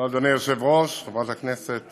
אדוני היושב-ראש, חברת הכנסת